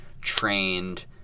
trained